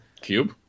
Cube